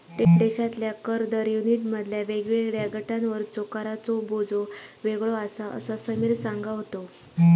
देशातल्या कर दर युनिटमधल्या वेगवेगळ्या गटांवरचो कराचो बोजो वेगळो आसा, असा समीर सांगा होतो